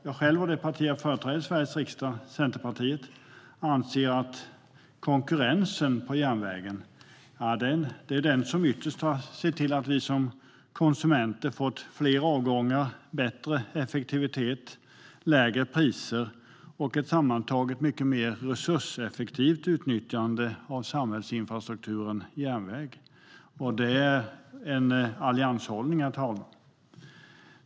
Jag själv och det parti jag företräder i Sveriges riksdag, Centerpartiet, anser att det är konkurrensen på järnvägen som ytterst har sett till att vi konsumenter har fått fler avgångar, bättre effektivitet, lägre priser och ett sammantaget mycket mer resurseffektivt nyttjande av samhällsinfrastrukturen järnväg. Det är en allianshållning, herr talman.